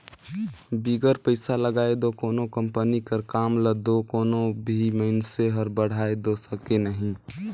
बिगर पइसा लगाए दो कोनो कंपनी कर काम ल दो कोनो भी मइनसे हर बढ़ाए दो सके नई